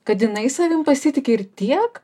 kad jinai savim pasitiki ir tiek